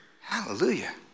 Hallelujah